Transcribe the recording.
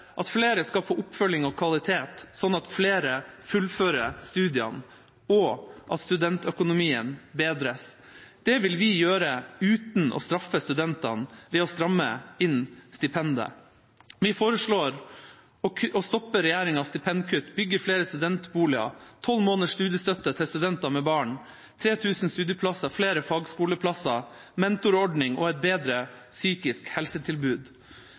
at flere skal få oppfølging og kvalitet, sånn at flere fullfører studiene, og at studentøkonomien bedres. Det vil vi gjøre uten å straffe studentene ved å stramme inn stipendet. Vi foreslår å stoppe regjeringas stipendkutt, bygge flere studentboliger, tolv måneders studiestøtte til studenter med barn, 3 000 studieplasser, flere fagskoleplasser, mentorordning og et bedre psykisk